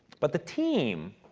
but the team,